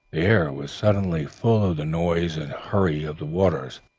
air was suddenly full of the noise and hurry of the waters.